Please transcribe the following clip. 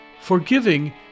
Forgiving